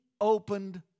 opened